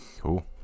cool